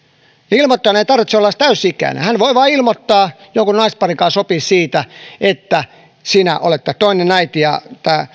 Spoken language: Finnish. ilmoittajan ei tarvitse olla edes täysi ikäinen hän voi vain ilmoittaa naispari voi sopia siitä että sinä olet tämä toinen äiti ja tämä